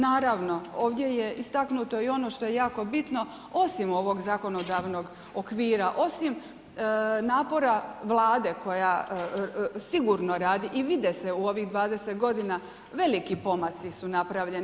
Naravno, ovdje je istaknuto i ono što je jako bitno osim ovog zakonodavnog okvira, osim napora Vlade koja sigurno radi i vide se u ovih 20 godina veliki pomaci su napravljeni.